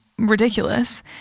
ridiculous